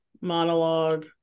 monologue